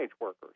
workers